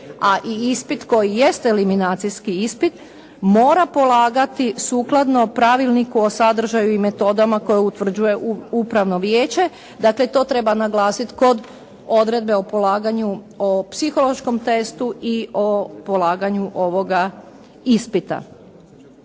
a i ispit koji jest eliminacijski ispit mora polagati sukladno Pravilniku o sadržaju i metodama koje utvrđuje upravno vijeće. Dakle, to treba naglasiti kod odredbe o polaganju o psihološkom tekstu i o polaganju ovoga ispita.